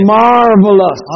marvelous